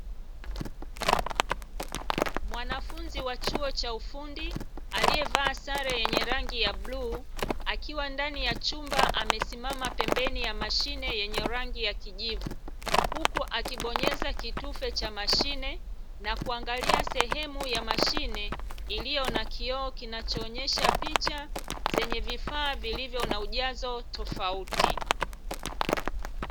Mwanafunzi wa chuo ufundi aliyevaa sare yenye rangi ya bluu, akiwa ndani ya chumba amesimama pembeni ya mashine yenye rangi ya kijivu huku akibonyeza kitufe cha mashine na kuangalia sehemu ya mashine iliyo na kioo, kinachoonyesha picha zenye vifaa vilivyo na ujazo tofauti.